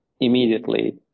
immediately